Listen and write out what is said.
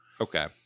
okay